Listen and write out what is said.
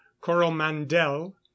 coromandel